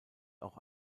auch